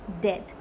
dead